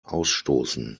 ausstoßen